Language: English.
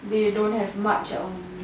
they don't have much on